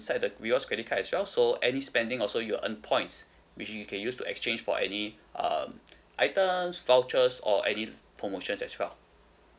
inside the rewards credit card as well so any spending also you earn points which you can use to exchange for any um items vouchers or any promotions as well